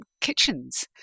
kitchens